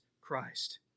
Christ